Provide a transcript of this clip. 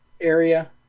area